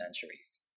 centuries